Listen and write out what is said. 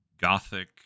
gothic